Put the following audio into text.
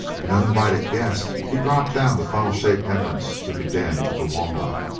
an uninvited guest, he dropped down the funnel-shaped entrance to the den of the wombat,